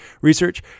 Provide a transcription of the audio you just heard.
research